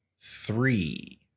three